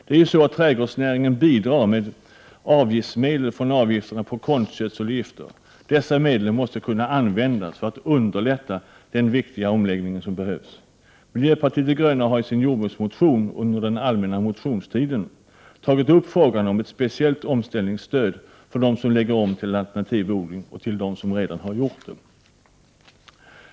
Det är ju så att trädgårdsnäringen bidrar med medel från avgifterna på konstgödsel och gifter. Dessa medel måste kunna användas för att underlätta denna viktiga omläggning. Miljöpartiet de gröna har i sin jordbruksmotion under den allmänna motionstiden tagit upp frågan om ett speciellt omställningsstöd för dem som lägger om till alternativ odling och till dem som redan har gjort det.